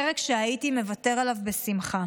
פרק שהייתי מוותר עליו בשמחה.